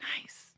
Nice